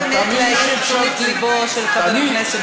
אני רוצה באמת להעיר את תשומת לבו של חבר הכנסת גילאון,